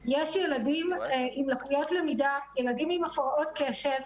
שיש ילדים עם לקויות למידה, ילדים עם הפרעות קשב,